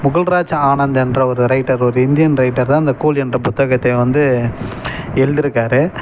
புகழ்ராஜ் ஆனந்த் என்ற ஒரு ரைட்டர் ஒரு இந்தியன் ரைட்டர் தான் இந்த கூலின்ற புத்தகத்தை வந்து எழுதிருக்கார்